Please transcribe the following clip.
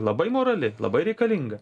labai morali labai reikalinga